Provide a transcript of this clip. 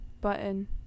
button